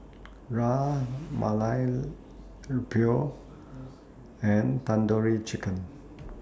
Ras Malai and Tandoori Chicken